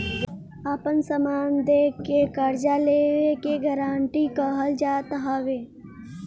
आपन समान दे के कर्जा लेवे के गारंटी कहल जात हवे